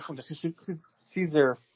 Caesar